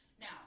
now